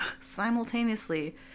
simultaneously